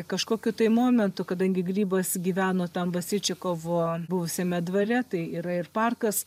kažkokiu tai momentu kadangi grybas gyveno tam vasilčikovo buvusiame dvare tai yra ir parkas